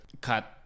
cut